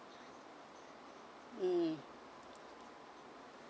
mm